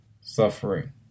suffering